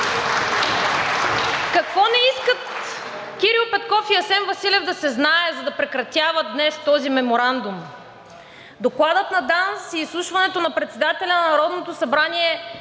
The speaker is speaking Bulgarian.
Какво не искат Кирил Петков и Асен Василев да се знае, за да прекратяват днес този меморандум?! Докладът на ДАНС и изслушването на председателя на Народното събрание